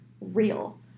real